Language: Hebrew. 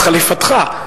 חליפתך.